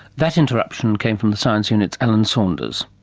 that interruption came from the science unit's alan saunders.